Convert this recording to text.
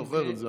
אני זוכר את זה,